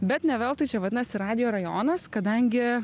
bet ne veltui čia vadinasi radijo rajonas kadangi